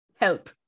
help